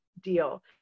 deal